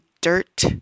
dirt